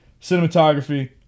cinematography